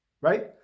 Right